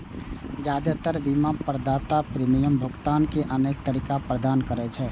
जादेतर बीमा प्रदाता प्रीमियम भुगतान के अनेक तरीका प्रदान करै छै